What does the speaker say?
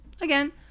Again